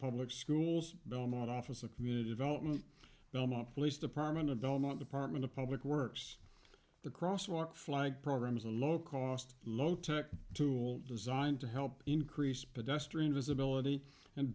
public schools belmont officer community development belmont police department of belmont department of public works the cross walk flag program is a low cost low tech tool designed to help increase pedestrian visibility and